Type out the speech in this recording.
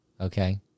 Okay